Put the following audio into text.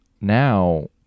now